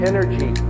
energy